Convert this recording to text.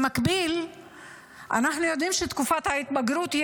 במקביל אנחנו יודעים שתקופת ההתבגרות היא